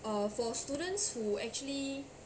uh for students who actually